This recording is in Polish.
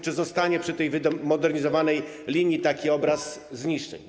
Czy zostanie przy tej modernizowanej linii taki obraz zniszczeń?